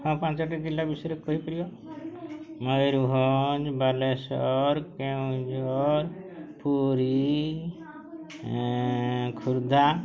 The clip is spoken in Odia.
ହଁ ପାଞ୍ଚଟି ଜିଲ୍ଲା ବିଷୟରେ କହିପାରିବ ମୟୂରଭଞ୍ଜ ବାଲେଶ୍ୱର କେଉଁଝର ପୁରୀ ଖୋର୍ଦ୍ଧା